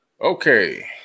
Okay